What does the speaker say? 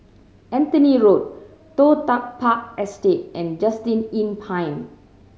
Anthony Road Toh Tuck Park Estate and Just Inn Pine